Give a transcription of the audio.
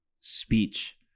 speech